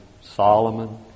Solomon